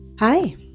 Hi